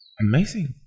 Amazing